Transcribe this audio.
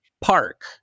Park